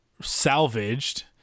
salvaged